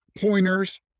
pointers